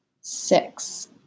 six